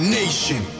nation